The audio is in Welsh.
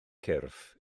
cyrff